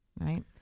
right